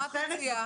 מה את מציעה,